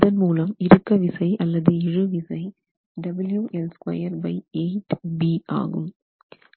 இதன் மூலம் இறுக்க விசை அல்லது இழுவிசை ஆகும்